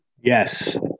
Yes